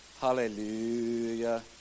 Hallelujah